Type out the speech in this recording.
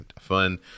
fun